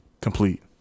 complete